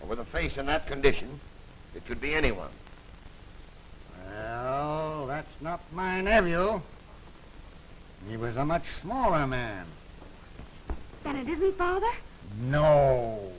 over the face in that condition it could be anyone of that's not my never you know he was a much smaller man